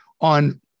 on